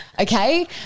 okay